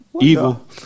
Evil